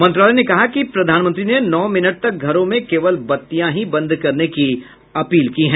मंत्रालय ने कहा कि प्रधानमंत्री ने नौ मिनट तक घरों में केवल बत्तियां ही बंद करने की अपील की है